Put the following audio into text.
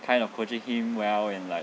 kind of coaching him well in like